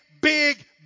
big